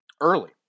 Early